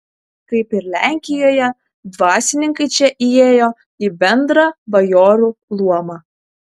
kaip ir lenkijoje dvasininkai čia įėjo į bendrą bajorų luomą